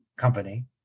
company